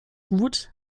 gut